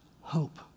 hope